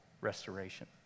restoration